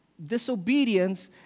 disobedience